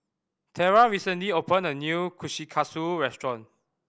Terra recently opened a new Kushikatsu restaurant